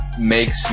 makes